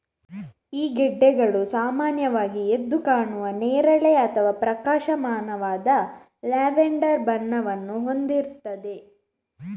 ಈ ಗೆಡ್ಡೆಗಳು ಸಾಮಾನ್ಯವಾಗಿ ಎದ್ದು ಕಾಣುವ ನೇರಳೆ ಅಥವಾ ಪ್ರಕಾಶಮಾನವಾದ ಲ್ಯಾವೆಂಡರ್ ಬಣ್ಣವನ್ನು ಹೊಂದಿರ್ತವೆ